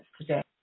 today